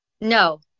No